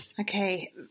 okay